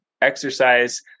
exercise